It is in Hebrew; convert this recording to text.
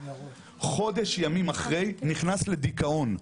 חודש ימים אחרי נכנס לדיכאון.